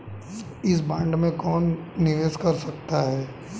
इस बॉन्ड में कौन निवेश कर सकता है?